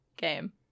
game